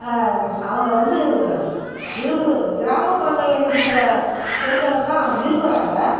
அவங்க வந்து விரும்பு கிராமப்புறங்களில் இருக்கிற பெண்களைத்தான் விரும்பறாங்க